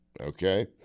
okay